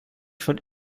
schon